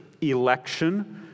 election